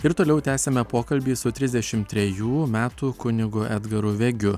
ir toliau tęsiame pokalbį su trisdešim trejų metų kunigu edgaru vegiu